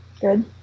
Good